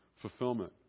fulfillment